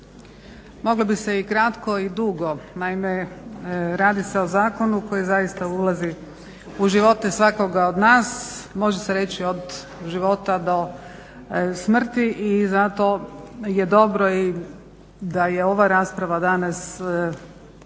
Moglo bi se i kratko i dugo. Naime, radi se o zakonu koji zaista ulazi u živote svakoga od nas, može se reći od života do smrti i zato je dobro da je ova rasprava danas čini